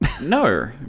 No